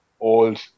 old